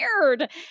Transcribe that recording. weird